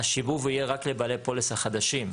השיבוב יהיה רק לבעלי פוליסה חדשים,